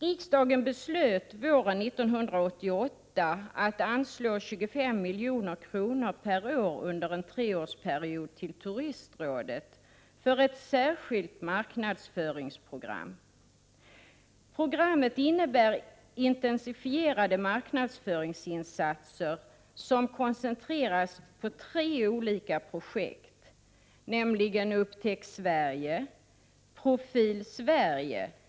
Riksdagen beslöt våren 1988 att anslå 25 milj.kr. per år under en treårsperiod till Turistrådet för ett särskilt marknadsföringsprogram. Programmet innebär intensifierade marknadsföringsinsatser som koncentreras på tre olika projekt, nämligen ”Upptäck Sverige”, ”Profil Sverige” samt ett Prot.